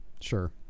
Sure